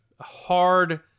hard